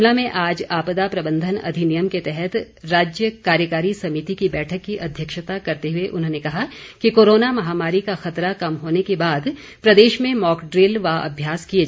शिमला में आज आपदा प्रबंधन अधिनियम के तहत राज्य कार्यकारी समिति की बैठक की अध्यक्षता करते हुए उन्होंने कहा कि कोरोना महामारी का खतरा कम होने के बाद प्रदेश में मॉकड़िल व अभ्यास किए जाएंगे